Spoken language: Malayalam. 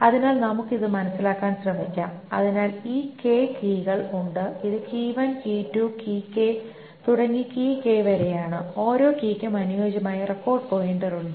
അതിനാൽ നമുക്ക് ഇത് മനസ്സിലാക്കാൻ ശ്രമിക്കാം അതിനാൽ ഈ കീകൾ ഉണ്ട് ഇത് തുടങ്ങി വരെയാണ് ഓരോ കീയ്ക്കും അനുയോജ്യമായി റെക്കോർഡ് പോയിന്റർ ഉണ്ട്